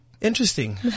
interesting